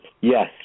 Yes